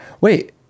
Wait